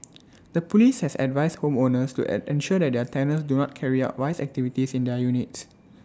the Police has advised home owners to end ensure that their tenants do not carry out vice activities in their units